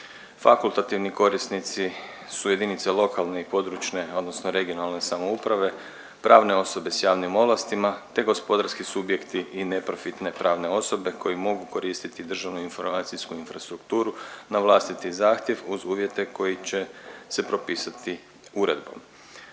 Fakultativni korisnici su jedinice lokalne i područne odnosno regionalne samouprave, pravne osobe s javnim ovlastima te gospodarski subjekti i neprofitne pravne osobe koji mogu koristiti državnu informacijski infrastrukturu na vlastiti zahtjev uz uvjete koji će se propisati uredbom.